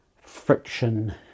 friction